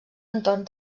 entorn